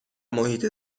محیط